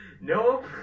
Nope